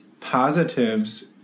positives